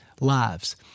lives